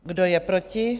Kdo je proti?